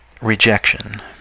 rejection